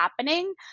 happening